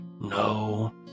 no